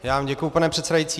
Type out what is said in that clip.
Já vám děkuji, pane předsedající.